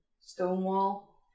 Stonewall